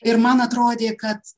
ir man atrodė kad